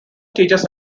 teaches